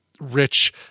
rich